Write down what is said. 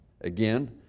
Again